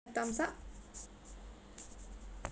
thumbs up